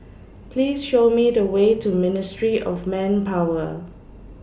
Please Show Me The Way to Ministry of Manpower